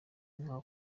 nka